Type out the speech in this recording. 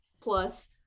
plus